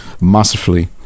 masterfully